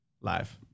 Live